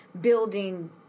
building